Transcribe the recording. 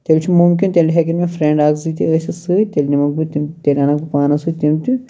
تیٚلہِ چھُ مُمکِن تیٚلہِ ہیٚکن مےٚ فرنڈ اکھ زٕ تہِ ٲسِتھ سۭتۍ تیٚلہِ نِمَکھ بہٕ تِم تیٚلہِ اَنَکھ بہٕ پانَس سۭتۍ تِم تہِ